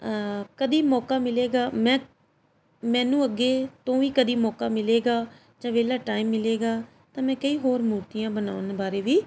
ਕਦੀ ਮੌਕਾ ਮਿਲੇਗਾ ਮੈਂ ਮੈਨੂੰ ਅੱਗੇ ਤੋਂ ਵੀ ਕਦੀ ਮੌਕਾ ਮਿਲੇਗਾ ਜਾਂ ਵਿਹਲਾ ਟਾਇਮ ਮਿਲੇਗਾ ਤਾਂ ਮੈਂ ਕਈ ਹੋਰ ਮੂਰਤੀਆਂ ਬਣਾਉਣ ਬਾਰੇ ਵੀ